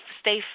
stay